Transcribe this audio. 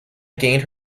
gained